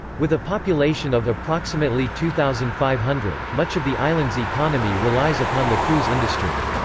with a population of approximately two thousand five hundred, much of the island's economy relies upon the cruise industry.